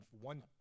one